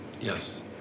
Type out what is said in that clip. Yes